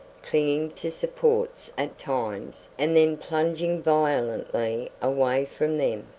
clinging to supports at times and then plunging violently away from them.